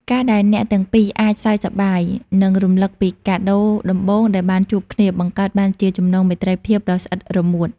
ការដែលអ្នកទាំងពីរអាចសើចសប្បាយ និងរំលឹកពីកាដូដំបូងដែលបានជួបគ្នា បង្កើតបានជាចំណងមេត្រីភាពដ៏ស្អិតរមួត។